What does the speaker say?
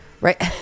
right